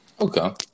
Okay